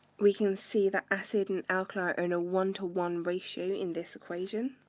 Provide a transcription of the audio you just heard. we can see the acid and alkali are in a one to one ratio in this equation.